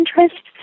interest